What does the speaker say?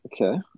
Okay